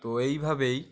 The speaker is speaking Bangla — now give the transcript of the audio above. তো এইভাবেই